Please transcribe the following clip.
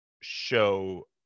show